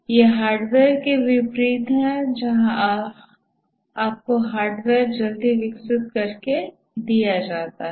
यह हार्डवेयर के विपरीत है जहां आपको हार्डवेयर जल्दी विकसित करके दिया जाता है